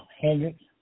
Hendricks